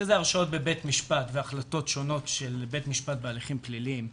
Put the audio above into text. שהם הרשעות בבית משפט והחלטות שונות של בית משפט בהליכים פליליים,